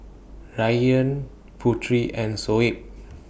Ryan Putri and Shoaib